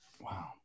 Wow